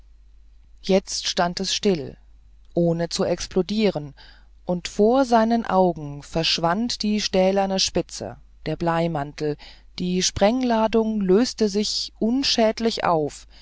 jetzt stand es still ohne zu explodieren und vor seinen augen verschwand die stählerne spitze der bleimantel die sprengladung löste sich unschädlich auf